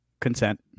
consent